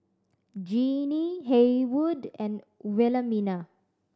Jeanine Haywood and Wilhelmina